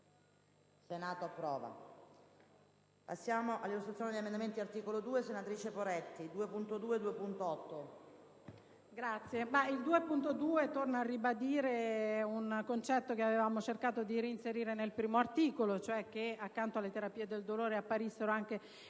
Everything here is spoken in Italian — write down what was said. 2.2 torna a ribadire un concetto che avevamo cercato di inserire nell'articolo 1, cioè che accanto alle terapie del dolore apparissero anche le